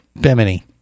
Bimini